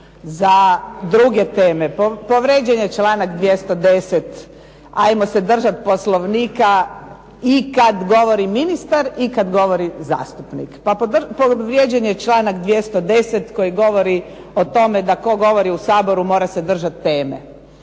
za druge teme. Povrijeđen je članak 210., ajmo se držati Poslovnika i kad govori ministar i kad govori zastupnik. Povrijeđen je članak 210. koji govori o tome da tko govori u Saboru mora se držati teme.